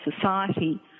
society